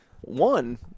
One